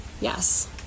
yes